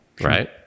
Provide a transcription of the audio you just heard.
right